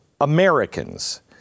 Americans